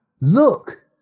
look